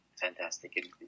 fantastic